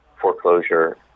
foreclosure